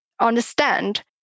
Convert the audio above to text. understand